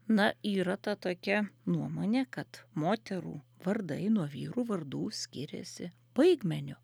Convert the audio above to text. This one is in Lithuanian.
na yra ta tokia nuomonė kad moterų vardai nuo vyrų vardų skiriasi baigmeniu